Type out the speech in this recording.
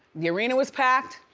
the arena was packed,